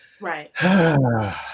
Right